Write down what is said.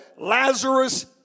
Lazarus